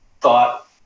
thought